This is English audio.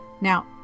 Now